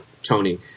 tony